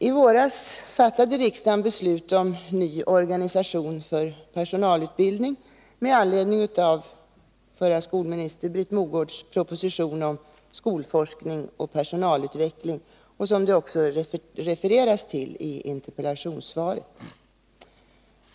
I våras fattade riksdagen beslut om ny organisation för personalutbildningen, med anledning av förra skolministern Britt Mogårds proposition om skolforskning och personalutveckling, som det också refereras till i interpellationssvaret.